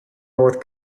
north